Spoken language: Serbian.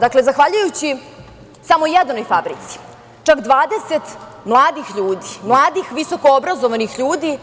Dakle, zahvaljujući samo jednoj fabrici čak 20 mladih ljudi, mladih visoko obrazovanih ljudi,